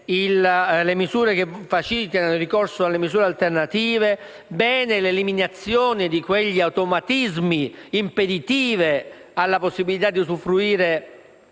di norme che facilitino il ricorso alle misure alternative; bene l'eliminazione di quegli automatismi impeditivi della possibilità di usufruire